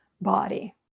body